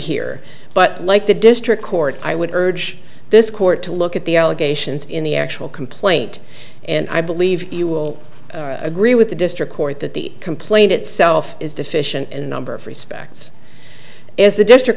here but like the district court i would urge this court to look at the allegations in the actual complaint and i believe you will agree with the district court that the complaint itself is deficient in a number of respects is the district